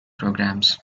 programs